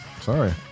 Sorry